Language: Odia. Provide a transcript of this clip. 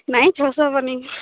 ନାଇଁ ଛଅଶହ ହବନି